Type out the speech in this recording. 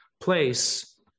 place